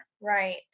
Right